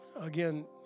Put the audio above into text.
again